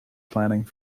planning